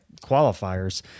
qualifiers